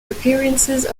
appearances